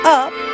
up